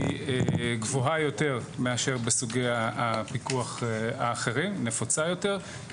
גבוהה יותר מאשר בסוגי הפיקוח האחרים והיא נפוצה יותר.